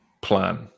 plan